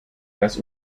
das